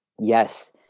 Yes